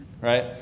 right